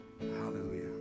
hallelujah